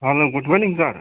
hello good morning sir